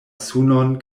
sunon